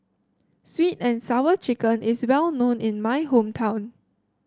sweet and Sour Chicken is well known in my hometown